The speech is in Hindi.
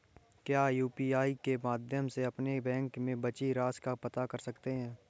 क्या यू.पी.आई के माध्यम से अपने बैंक में बची राशि को पता कर सकते हैं?